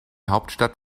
hauptstadt